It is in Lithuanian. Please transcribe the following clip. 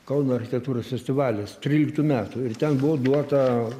kauno architektūros festivalis tryliktų metų ir ten buvo duota